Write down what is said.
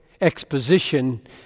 Exposition